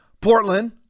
Portland